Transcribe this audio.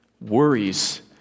worries